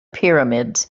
pyramids